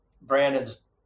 brandon's